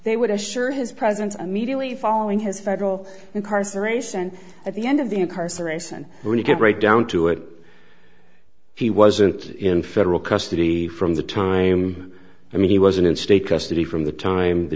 they would assure his presence a media we following his federal incarceration at the end of the incarceration when you get right down to it he wasn't in federal custody from the time i mean he wasn't in state custody from the time the